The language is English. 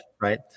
Right